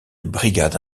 brigades